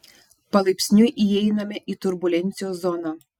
palaipsniui įeiname į turbulencijos zoną